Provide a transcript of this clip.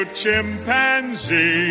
chimpanzee